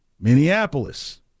Minneapolis